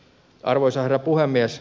arvoisa herra puhemies